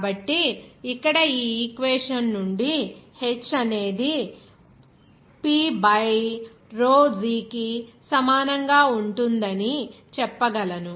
కాబట్టి ఇక్కడ ఈ ఈక్వేషన్ నుండి h అనేది P బై rho g కి సమానంగా ఉంటుందని చెప్పగలను